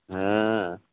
হ্যাঁ